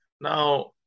Now